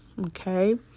Okay